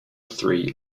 three